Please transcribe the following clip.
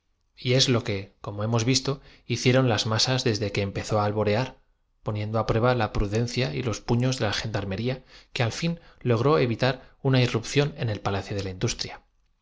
y es lo que como hemos visto hicieron las masas desde que empezó á alborear poniendo á prueba la pruden cia y los puños de la gendarmería que al fin logró evi i ó irrupción en el palacio de la industria